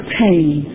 pain